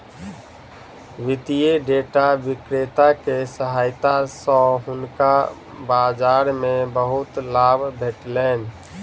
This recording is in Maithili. वित्तीय डेटा विक्रेता के सहायता सॅ हुनका बाजार मे बहुत लाभ भेटलैन